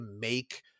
make